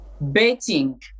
betting